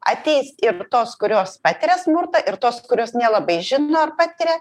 ateis ir tos kurios patiria smurtą ir tos kurios nelabai žino ar patiria